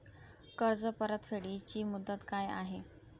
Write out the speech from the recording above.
कर्ज परतफेड ची मुदत काय आहे?